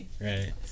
Right